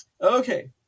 okay